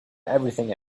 everything